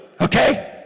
okay